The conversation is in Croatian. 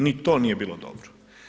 Ni to nije bilo dobro.